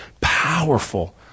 powerful